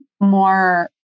more